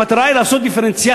המטרה היא לעשות דיפרנציאציה,